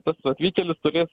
pats atvykėlis turės